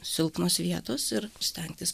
silpnos vietos ir stengtis